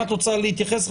אם את רוצה להתייחס,